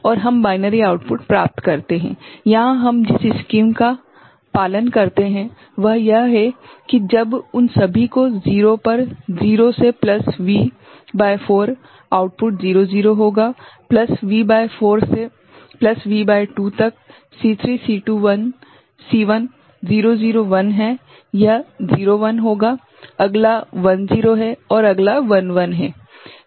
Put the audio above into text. और हम binary output प्राप्त करते हैं यहां हम जिस स्कीम का पालन करते हैं वह यह है कि जब उन सभी को 0 पर 0 से प्लस V भागित 4 तक आउटपुट 00 होगा प्लस V भागित 4 से प्लस V भागित 2 तक C3 C2 C1 001 है यह 01 होगा अगला 10 है और अगला 11 है